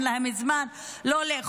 אין להם זמן לאכוף,